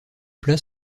plat